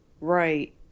Right